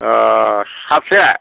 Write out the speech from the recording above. ओ साबेसे